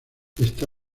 está